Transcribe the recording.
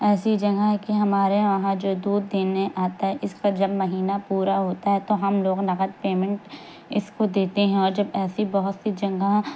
ایسی جگہ ہے کہ ہمارے یہاں جو دودھ دینے آتا ہے اس کا جب مہینہ پورا ہوتا ہے تو ہم لوگ نقد پیمنٹ اس کو دیتے ہیں اور جب ایسی بہت سی جگہ